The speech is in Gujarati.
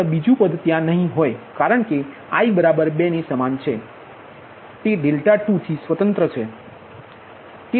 તેથી આ બધા 3 પદો છે માત્ર બીજુ પદ ત્યાં નથી કારણ કે આ i 2 ને સમાન છે તેથી તે 2થી સ્વતંત્ર છે